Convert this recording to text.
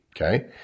Okay